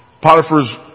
Potiphar's